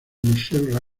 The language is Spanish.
michelle